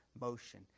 motion